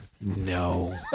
No